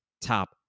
top